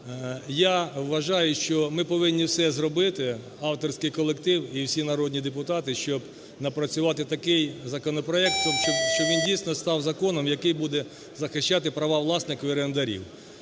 я вважаю, що ми повинні все зробити, авторський колектив і всі народні депутати, щоб напрацювати такий законопроект, щоб він дійсно став законом, який буде захищати права власників і орендарів.